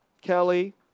Kelly